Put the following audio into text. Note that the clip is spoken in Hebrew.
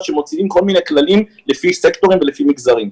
שמוציאים כל מיני כללים לפי סקטורים ולפי מגזרים.